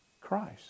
Christ